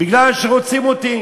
בגלל שרוצים אותי,